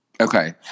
Okay